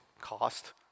cost